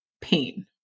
pain